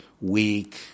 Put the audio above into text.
weak